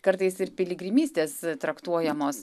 kartais ir piligrimystės traktuojamos